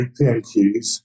PMQs